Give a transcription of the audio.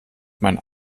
mein